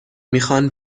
میخوان